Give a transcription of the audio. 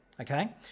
okay